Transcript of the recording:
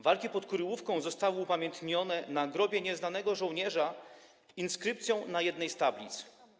Walki pod Kuryłówką zostały upamiętnione na Grobie Nieznanego Żołnierza inskrypcją na jednej z tablic.